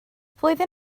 flwyddyn